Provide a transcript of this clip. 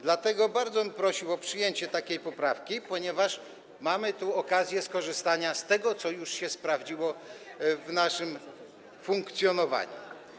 Dlatego bardzo bym prosił o przyjęcie tej poprawki, ponieważ mamy tu okazję skorzystania z tego, co już się sprawdziło w trakcie funkcjonowania.